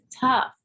tough